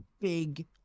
big